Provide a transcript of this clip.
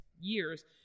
years